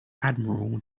admiral